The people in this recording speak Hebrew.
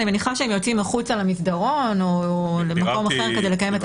אני מניחה שהם יוצאים החוצה למסדרון או למקום אחר כדי לקיים את